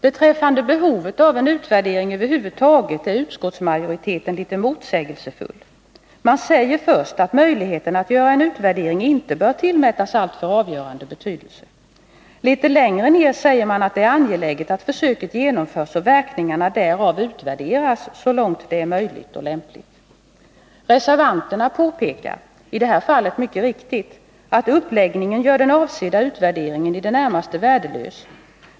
Beträffande behovet av en utvärdering över huvud taget är utskottsmajoriteten litet motsägelsefull. Man säger först att möjligheterna att göra en utvärdering inte bör tillmätas alltför avgörande betydelse. Litet längre ner på samma sida i betänkandet säger man att det är angeläget att försöket genomförs och verkningarna därav utvärderas så långt det är möjligt och lämpligt. Reservanterna påpekar — i det här fallet mycket riktigt — att uppläggningen gör den avsedda utvärderingen i det närmaste värdelös.